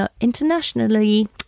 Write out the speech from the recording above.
internationally